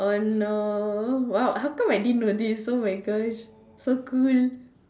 on no !wow! how come I didn't know this oh my Gosh so cool